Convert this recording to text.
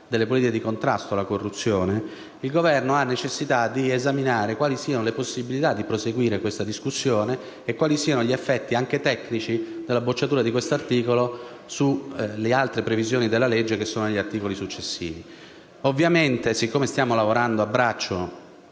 di politiche di contrasto alla corruzione, abbiamo necessità di esaminare quali siano le possibilità di proseguire questa discussione, come pure gli effetti tecnici della bocciatura di questo articolo sulle altre previsioni della legge contenute negli articoli successivi. Ovviamente, dal momento che stiamo lavorando a braccio,